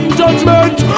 judgment